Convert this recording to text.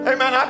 Amen